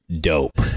dope